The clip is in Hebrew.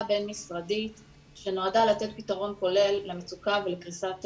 בין משרדית שנועדה לתת פתרון כולל למצוקה ולקריסת